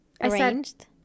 arranged